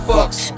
Fuck's